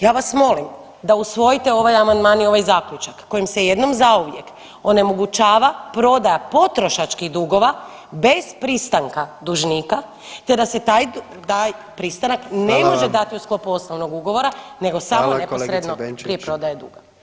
Ja vas molim da usvojite ovaj amandman i ovaj Zaključak kojim se jednom zauvijek onemogućava prodaja potrošačkih dugova bez pristanka dužnika te da se taj pristanak ne može dati u sklopu osnovnog ugovora [[Upadica: Hvala vam.]] nego samo neposredno prije prodaje duga.